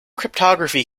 cryptography